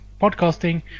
podcasting